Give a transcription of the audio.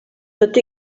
tot